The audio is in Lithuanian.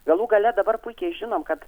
galų gale dabar puikiai žinom kad